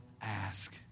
ask